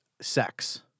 sex